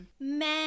men